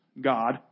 God